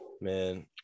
Man